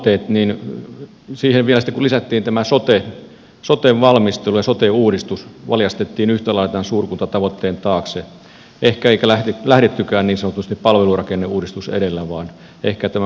näihin suurkuntatavoitteisiin vielä sitten lisättiin tämä soten valmistelu sote uudistus valjastettiin ehkä yhtä lailla tämän suurkuntatavoitteen taakse eikä lähdettykään niin sanotusti palvelurakenneuudistus edellä vaan ehkä tämä hallintopää edellä